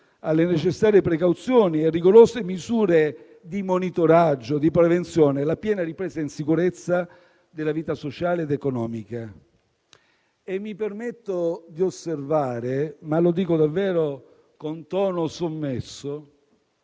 alle necessarie precauzioni e a rigorose misure di monitoraggio e di prevenzione, la piena ripresa in sicurezza della vita sociale ed economica. Mi permetto di osservare - ma lo dico davvero con tono sommesso